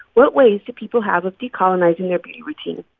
what ways do people have of decolonizing their beauty routine?